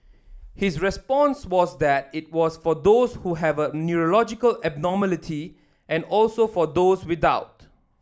his response was that it was for those who have a neurological abnormality and also for those without